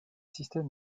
système